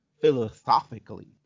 philosophically